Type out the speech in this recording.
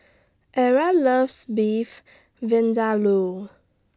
Ira loves Beef Vindaloo